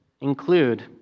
include